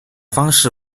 方式